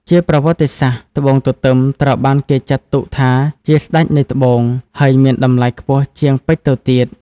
ជាប្រវត្តិសាស្ត្រ ត្បូងទទឹមត្រូវបានគេចាត់ទុកថាជា "ស្តេចនៃត្បូង" ហើយមានតម្លៃខ្ពស់ជាងពេជ្រទៅទៀត។